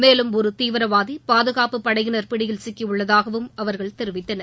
மேலும் ஒரு தீவிரவாதி பாதுகாப்பு படையினர் பிடியில் சிக்கியுள்ளதாகவும் அவர்கள் தெரிவித்தனர்